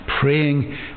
praying